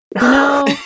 no